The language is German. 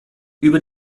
über